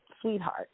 sweetheart